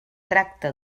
tracta